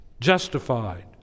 justified